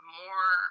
more